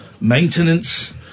maintenance